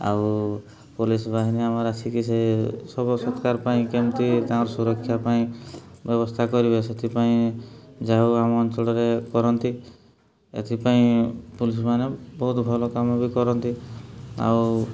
ଆଉ ପୋଲିସ୍ ବାହାନୀ ଆମର ଆସିକି ସେ ଶବସତ୍କାର ପାଇଁ କେମିତି ତାଙ୍କର ସୁରକ୍ଷା ପାଇଁ ବ୍ୟବସ୍ଥା କରିବେ ସେଥିପାଇଁ ଯା ହେଉ ଆମ ଅଞ୍ଚଳରେ କରନ୍ତି ଏଥିପାଇଁ ପୋଲିସ୍ମାନେ ବହୁତ ଭଲ କାମ ବି କରନ୍ତି ଆଉ